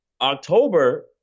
October